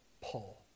pull